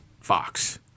Fox